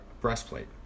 breastplate